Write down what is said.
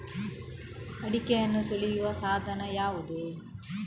ಅಡಿಕೆಯನ್ನು ಸುಲಿಯುವ ಸಾಧನ ಯಾವುದು?